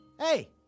Hey